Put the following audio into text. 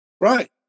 Right